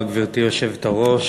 גברתי היושבת-ראש,